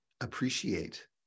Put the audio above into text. appreciate